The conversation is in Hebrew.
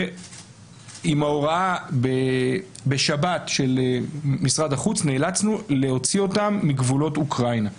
ועם ההוראה בשבת של משרד החוץ נאלצנו להוציא אותם מגבולות אוקראינה.